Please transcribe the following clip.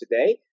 today